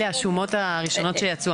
אלה השומות הראשונות שיצאו,